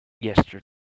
yesterday